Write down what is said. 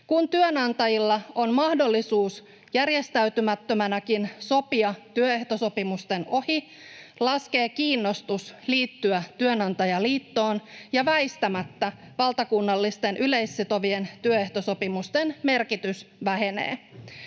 Kun työnantajilla on mahdollisuus järjestäytymättömänäkin sopia työehtosopimusten ohi, laskee kiinnostus liittyä työnantajaliittoon ja väistämättä valtakunnallisten yleissitovien työehtosopimusten merkitys vähenee.